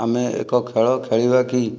ଆମେ ଏକ ଖେଳ ଖେଳିବା କି